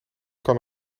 kan